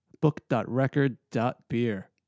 Book.record.beer